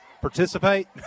participate